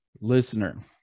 listener